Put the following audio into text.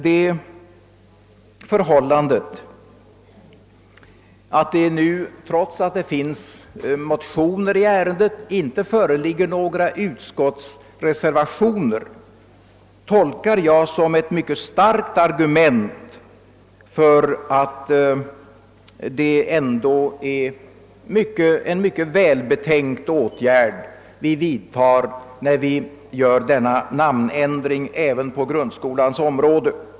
Det förhållandet att det nu, trots att det finns motioner i ärendet, inte föreligger några utskottsreservationer tolkar jag som ett mycket starkt argument för att det är en välbetänkt åtgärd vi vidtar, när vi gör denna namnändring även på grundskolans område.